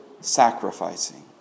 sacrificing